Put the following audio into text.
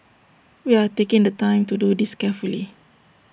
we are taking the time to do this carefully